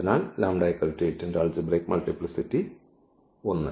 അതിനാൽ ഈ λ 8 ന്റെ ആൾജിബ്രയ്ക് മൾട്ടിപ്ലിസിറ്റി 1